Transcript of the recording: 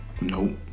nope